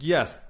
Yes